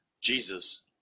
Jesus